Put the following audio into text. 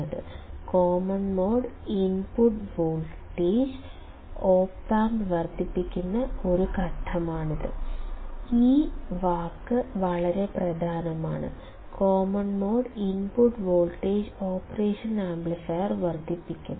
"common mode input voltage " op amp വർദ്ധിപ്പിക്കുന്ന ഒരു ഘട്ടമാണിത് ഈ വാക്ക് വളരെ പ്രധാനമാണ് common mode input voltage operation amplifier വർദ്ധിപ്പിക്കും